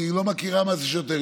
היא לא מכירה מה זה שוטר,